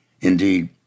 Indeed